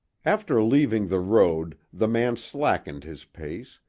after leaving the road the man slackened his pace,